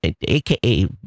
AKA